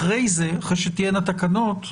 אחרי שתהיינה תקנות,